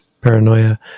paranoia